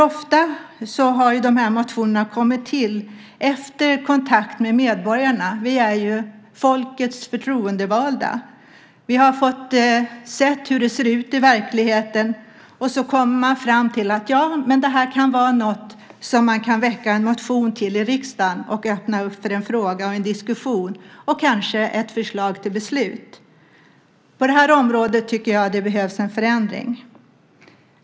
Ofta har ju motionerna kommit till efter kontakt med medborgarna. Vi är ju folkets förtroendevalda. Vi har fått se hur det ser ut i verkligheten, och så kommer man fram till att det kan vara något som man kan väcka en motion om i riksdagen, öppna upp för en fråga och en diskussion och kanske ett förslag till beslut. På det här området tycker jag att det behövs en förändring.